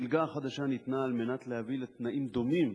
המלגה החדשה ניתנה על מנת להביא לתנאים דומים